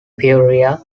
peoria